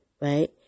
right